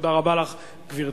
תודה רבה לך, גברתי.